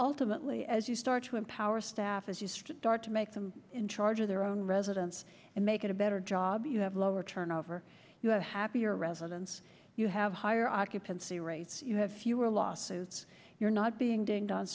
ultimately as you start to empower staff is used to make them in charge of their own residence and make it a better job you have lower turnover you have happier residents you have higher occupancy rates you have fewer lawsuits you're not being do